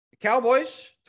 Cowboys